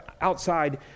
outside